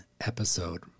episode